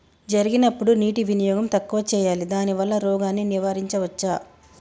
జరిగినప్పుడు నీటి వినియోగం తక్కువ చేయాలి దానివల్ల రోగాన్ని నివారించవచ్చా?